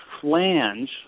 flange